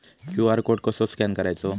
QR code कसो scan करायचो?